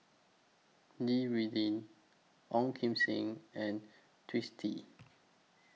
Li Rulin Ong Kim Seng and Twisstii